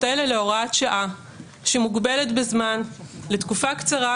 האלה להוראת שעה שמוגבלת בזמן לתקופה קצרה,